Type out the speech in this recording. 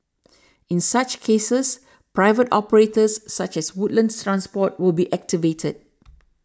in such cases private operators such as Woodlands Transport will be activated